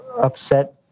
upset